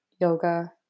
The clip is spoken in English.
yoga